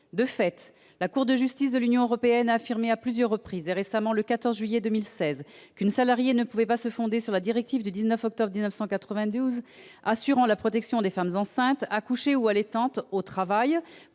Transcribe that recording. De fait, la Cour de justice de l'Union européenne a affirmé à plusieurs reprises- et encore le 14 juillet 2016 -qu'une salariée ne pouvait se fonder sur la directive du 19 octobre 1992 assurant la protection des femmes enceintes, accouchées ou allaitantes au travail